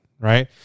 Right